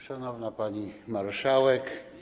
Szanowna Pani Marszałek!